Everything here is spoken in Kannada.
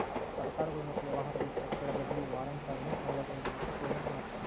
ಸರ್ಕಾರಗಳು ಮತ್ತ ವ್ಯವಹಾರಗಳು ಚೆಕ್ಗಳ ಬದ್ಲಿ ವಾರೆಂಟ್ಗಳನ್ನ ನೇಡೋದ್ರ ಮೂಲಕ ಪೇಮೆಂಟ್ ಮಾಡ್ತವಾ